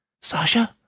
Sasha